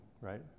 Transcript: right